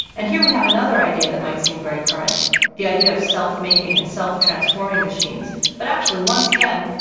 and here we have another idea that might seem very current the idea of self-making and self-transforming machines but actually, once again,